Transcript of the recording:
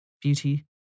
Beauty